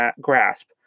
grasp